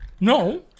no